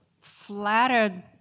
flattered